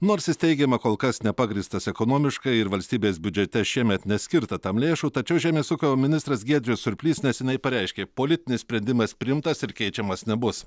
nors jis teigiama kol kas nepagrįstas ekonomiškai ir valstybės biudžete šiemet neskirta tam lėšų tačiau žemės ūkio ministras giedrius surplys neseniai pareiškė politinis sprendimas priimtas ir keičiamas nebus